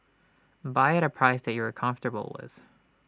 buy at A price that you are comfortable with